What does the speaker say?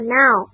now